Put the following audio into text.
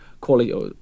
quality